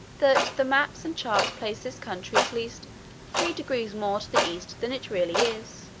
that the maps and charts place this country at least three degrees more to the east than it really is